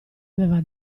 aveva